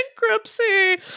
bankruptcy